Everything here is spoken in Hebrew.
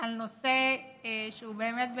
על נושא שהוא באמת בנפשי,